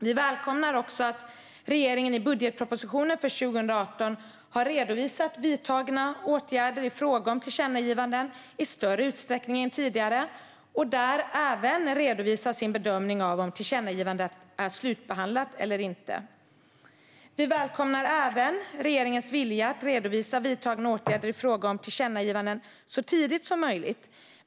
Vi välkomnar också att regeringen i budgetpropositionen för 2018 har redovisat vidtagna åtgärder i fråga om tillkännagivanden i större utsträckning än tidigare och där även redovisar sin bedömning av om tillkännagivandet är slutbehandlat eller inte. Vi välkomnar även regeringens vilja att redovisa vidtagna åtgärder i fråga om tillkännagivanden så tidigt som möjligt.